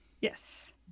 Yes